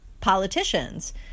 politicians